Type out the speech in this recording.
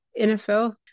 NFL